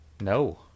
No